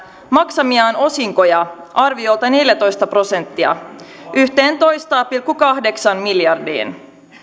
maksamiaan osinkoja tänä keväänä arviolta neljätoista prosenttia yhteentoista pilkku kahdeksaan miljardiin